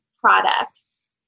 products